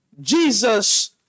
Jesus